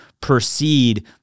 proceed